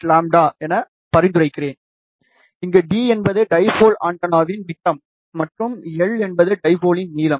48 λ என்று பரிந்துரைக்கிறேன் இங்கு d என்பது டைபோல் ஆண்டெனாவின் விட்டம் மற்றும் l என்பது டைபோலின் நீளம்